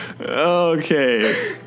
Okay